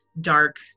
dark